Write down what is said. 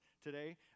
today